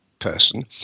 person